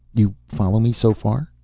you follow me so far?